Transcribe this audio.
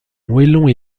moellons